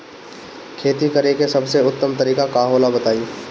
खेती करे के सबसे उत्तम तरीका का होला बताई?